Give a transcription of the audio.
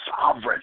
sovereign